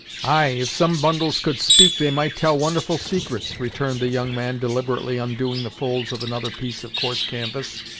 ay, if some bundles could speak, they might tell wonderful secrets, returned the young man deliberately undoing the folds of another piece of course canvass,